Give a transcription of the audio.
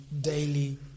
daily